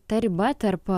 ta riba tarp